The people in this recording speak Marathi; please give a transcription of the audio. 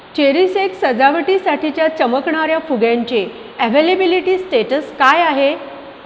चेरीसएक्स सजावटीसाठीच्या चमकणार्या फुग्यांचे अव्हेलेबिलिटी स्टेटस काय आहे